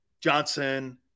Johnson